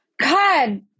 God